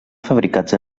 fabricats